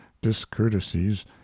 discourtesies